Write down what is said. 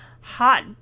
hot